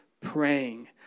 praying